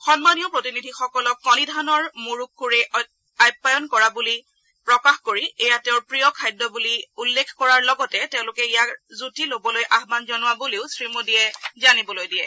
সন্মানীয় প্ৰতিনিধিসকলক কণী ধানৰ মুৰুকুৰে আপ্যায়ন কৰা বুলি প্ৰকাশ কৰি এয়া তেওঁৰ প্ৰিয় খাদ্য বুলি উল্লেখ কৰাৰ লগতে সকলোকে ইয়াৰ জুতি লবলৈ আহ্মন জনোৱা বুলিও শ্ৰীমোদীয়ে জানিবলৈ দিয়ে